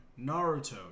Naruto